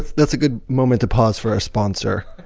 that's a good moment to pause for our sponsor